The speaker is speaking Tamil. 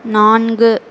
நான்கு